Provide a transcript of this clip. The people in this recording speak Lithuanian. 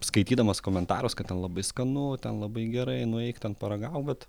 skaitydamas komentaruos kad ten labai skanu labai gerai nueik ten paragauk bet